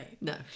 No